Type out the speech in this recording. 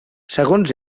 segons